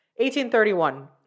1831